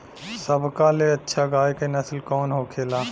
सबका ले अच्छा गाय के नस्ल कवन होखेला?